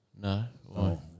No